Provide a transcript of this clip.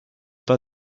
pas